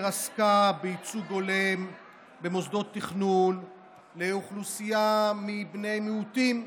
עסקה בייצוג הולם במוסדות תכנון לאוכלוסייה מבני מיעוטים,